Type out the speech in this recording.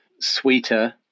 sweeter